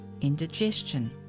indigestion